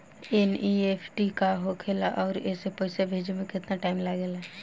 NEFT का होखे ला आउर एसे पैसा भेजे मे केतना टाइम लागेला?